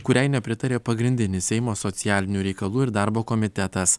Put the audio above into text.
kuriai nepritarė pagrindinis seimo socialinių reikalų ir darbo komitetas